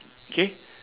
K